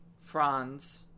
Franz